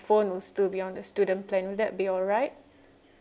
phone will still be on the student plan will that be alright